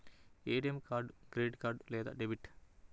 ATM card credit లేదా debit?